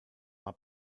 war